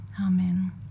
Amen